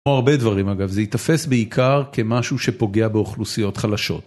כמו הרבה דברים אגב, זה ייתפס בעיקר כמשהו שפוגע באוכלוסיות חלשות.